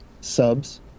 subs